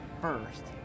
first